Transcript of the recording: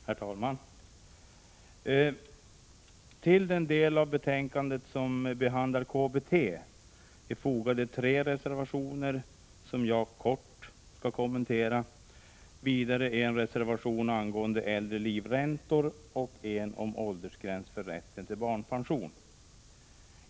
Herr talman! Tre reservationer om KBT —- kommunalt bostadstillägg — är fogade till betänkandet och jag skall kort kommentera dessa. Vidare finns det en reservation om äldre livräntor och en reservation om åldersgränsen för rätt till barnpension.